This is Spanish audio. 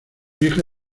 hija